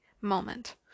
moment